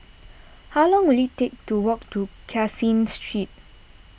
how long will it take to walk to Caseen Street